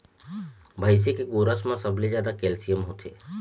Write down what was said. भइसी के गोरस म सबले जादा कैल्सियम होथे